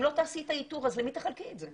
אם לא תעשי את האיתור, אז למי תחלקי את זה?